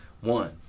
One